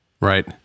Right